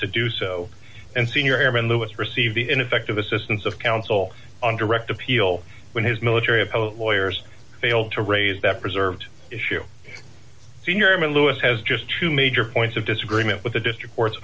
to do so and senior airman lewis received the ineffective assistance of counsel on direct appeal when his military of lawyers failed to raise that preserved issue senior airman lewis has just two major points of disagreement with the district court